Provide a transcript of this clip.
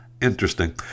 Interesting